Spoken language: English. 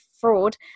fraud